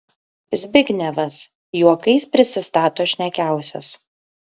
zbignevas juokais prisistato šnekiausias